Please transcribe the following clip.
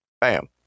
bam